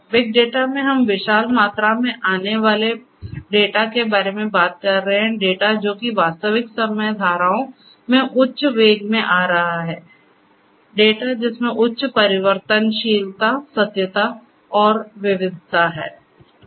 big data में हम विशाल मात्रा में आने वाले डेटा के बारे में बात कर रहे हैं डेटा जो की वास्तविक समय धाराओं में उच्च वेग में आ रहा हैं डेटा जिसमें उच्च परिवर्तनशीलता सत्यता है और विविधता है